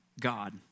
God